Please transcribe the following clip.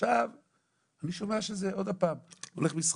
עכשיו אני שומע שזה עוד פעם, הולך משחק.